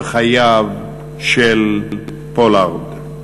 בחייו של פולארד.